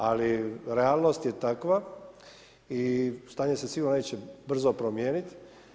Ali realnost je takva i stanje se sigurno neće brzo promijeniti.